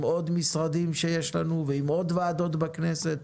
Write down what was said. עוד משרדים שיש לנו ועם עוד ועדות בכנסת,